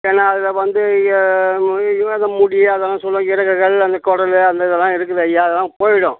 ஏன்னா அதில் வந்து ஏ அந்த முடி அதெல்லாம் சொல்லுவாங்க இறகுகள் அந்தக் குடலு அந்த இதெல்லாம் இருக்குதைய்யா அதெல்லாம் போயிடும்